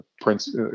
Prince